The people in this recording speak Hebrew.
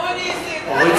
אורית